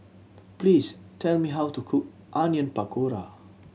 please tell me how to cook Onion Pakora